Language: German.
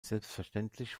selbstverständlich